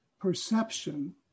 perception